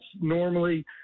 normally